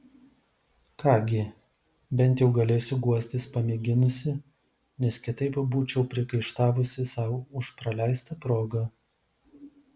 ką gi bent jau galėsiu guostis pamėginusi nes kitaip būčiau priekaištavusi sau už praleistą progą